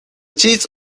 cheese